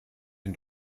den